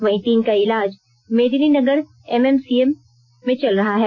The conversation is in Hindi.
वहीं तीन का इलाज मेदिनीनगर एमएमसीएच में चल रहा है